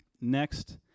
Next